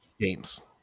games